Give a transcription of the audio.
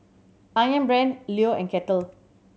Ayam Brand Leo and Kettle